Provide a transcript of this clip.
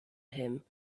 him